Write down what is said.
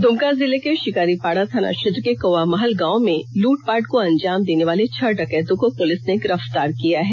द्मका जिले के शिकारीपाड़ा थाना क्षेत्र के कौवामहल गांव में लूट पाट को अंजाम देने वाले छह डकैतों को पुलिस ने गिरफ्तार किया है